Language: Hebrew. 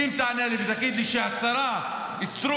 אם תענה לי ותגיד לי שהשרה סטרוק,